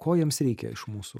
ko jiems reikia iš mūsų